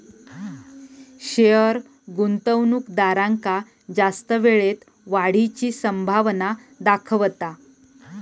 share गुंतवणूकदारांका जास्त वेळेत वाढीची संभावना दाखवता